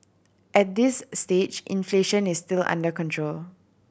at this stage inflation is still under control